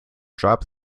drop